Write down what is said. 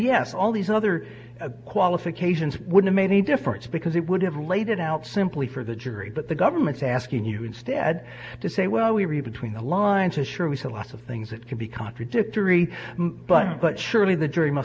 yes all these other qualifications would have made a difference because it would have laid it out simply for the jury but the government's asking you instead to say well we read between the lines and sure we saw lots of things that can be contradictory but but surely the jury m